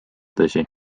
tõsi